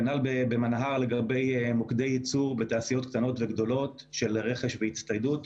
כנ"ל במנה"ר לגבי מוקדי ייצור בתעשיות קטנות וגדולות של רכש והצטיידות.